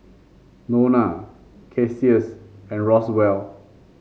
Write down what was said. Nona Cassius and Roswell